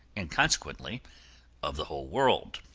and consequently of the whole world.